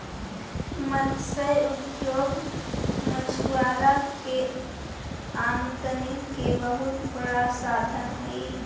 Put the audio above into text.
मत्स्य उद्योग मछुआरा के आमदनी के बहुत बड़ा साधन हइ